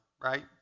right